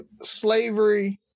slavery